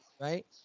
right